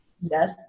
yes